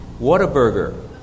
Whataburger